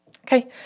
Okay